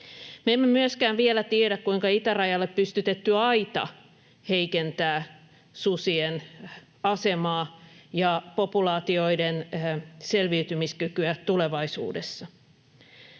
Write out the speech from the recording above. emme myöskään vielä tiedä, kuinka itärajalle pystytetty aita heikentää susien asemaa ja populaatioiden selviytymiskykyä tulevaisuudessa.